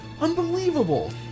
Unbelievable